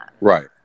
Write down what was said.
right